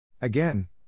Again